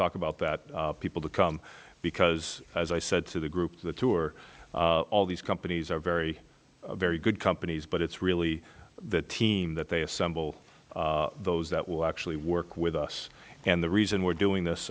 talk about that people to come because as i said to the group the tour all these companies are very very good companies but it's really the team that they assemble those that will actually work with us and the reason we're doing this